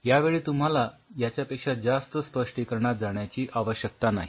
यावेळी तुम्हाला याच्यापेक्षा जास्त स्पष्टीकरणात जाण्याची आवश्यकता नाही